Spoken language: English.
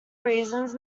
reasons